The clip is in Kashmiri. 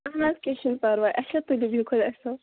اہن حظ کیٚنٛہہ چھُنہٕ پرواے اچھا تُلِو بیٚہو خۄدایس حوالہٕ